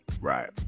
right